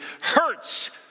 hurts